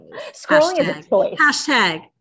Hashtag